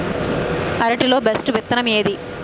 అరటి లో బెస్టు విత్తనం ఏది?